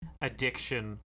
addiction